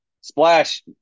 Splash